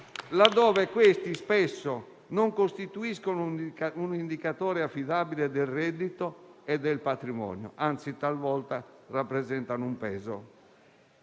di me, essi spesso non costituiscono un indicatore affidabile del reddito e del patrimonio, anzi, talvolta rappresentano un peso.